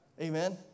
Amen